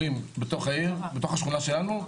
בתוך השכונה שלנו,